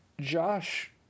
Josh